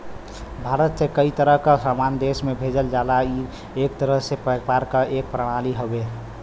भारत से कई तरह क सामान देश में भेजल जाला ई एक तरह से व्यापार क एक प्रणाली हउवे